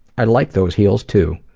i liked those heels too.